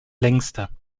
längste